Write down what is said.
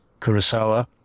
Kurosawa